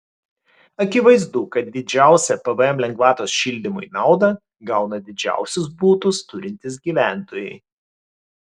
akivaizdu kad didžiausią pvm lengvatos šildymui naudą gauna didžiausius butus turintys gyventojai